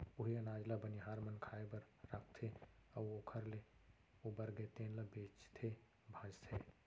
उहीं अनाज ल बनिहार मन खाए बर राखथे अउ ओखर ले उबरगे तेन ल बेचथे भांजथे